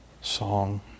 song